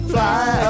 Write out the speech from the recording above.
Fly